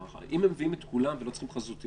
אם הם מביאים את כולם ולא צריכים תיעוד חזותי,